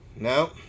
no